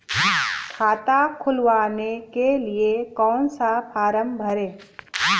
खाता खुलवाने के लिए कौन सा फॉर्म भरें?